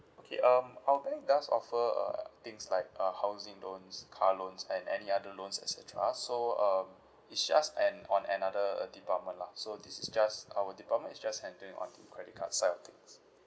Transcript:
okay um our bank does offer err things like uh housing loans car loans and any other loans et cetera so um it's just an on another uh department lah so this is just our department is just handling on the credit cards' side of things